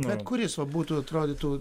bet kuris va būtų atrodytų